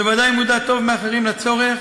בוודאי מודע טוב מאחרים לצורך